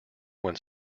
when